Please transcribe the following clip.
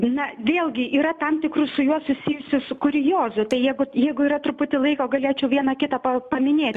na vėlgi yra tam tikrų su juo susijusių su kuriozų tai jeigu jeigu yra truputį laiko galėčiau vieną kitą pa paminėti